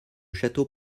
château